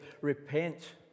repent